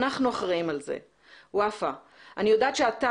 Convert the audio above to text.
אנחנו אחראים על זה." ופאא: " אני יודעת שאתה